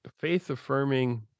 faith-affirming